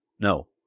no